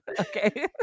Okay